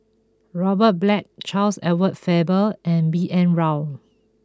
Robert Black Charles Edward Faber and B N Rao